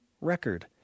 record